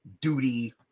duty